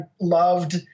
loved –